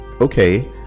okay